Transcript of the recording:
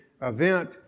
event